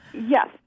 Yes